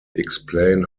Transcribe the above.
explain